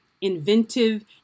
inventive